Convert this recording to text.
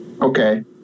Okay